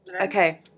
okay